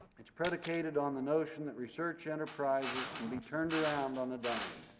it's predicated on the notion that research enterprises can be turned around on a dime.